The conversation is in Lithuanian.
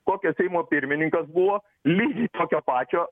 kokio seimo pirmininkas buvo lygiai tokio pačio